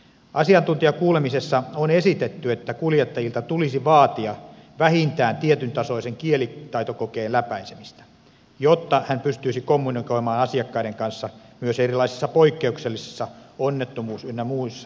asiantuntijakuulemisessa on esitetty että kuljettajalta tulisi vaatia vähintään tietyn tasoisen kielitaitokokeen läpäisemistä jotta hän pystyisi kommunikoimaan asiakkaiden kanssa myös erilaisissa poikkeuksellisissa onnettomuus ynnä muissa sellaisissa tilanteissa